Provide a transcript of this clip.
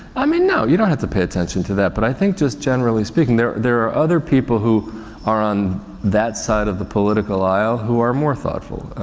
i mean, no, you don't have to pay attention to that. but i think just generally speaking there are, there are other people who are on that side of the political aisle who are more thoughtful,